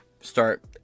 start